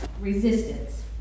resistance